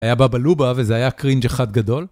היה בבלובה וזה היה קרינג' אחד גדול